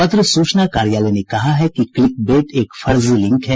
पत्र सूचना कार्यालय ने कहा है कि क्लिकबेट एक फर्जी लिंक है